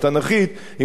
אם הוא לא היה היום,